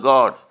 God